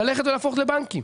ללכת להפוך לבנקים.